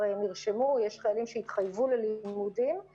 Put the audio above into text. שקלים לחלק לשלוש שנים, זה 19018 מיליון שקלים.